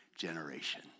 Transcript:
generation